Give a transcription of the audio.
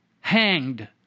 Hanged